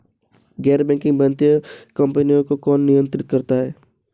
गैर बैंकिंग वित्तीय कंपनियों को कौन नियंत्रित करता है?